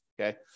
Okay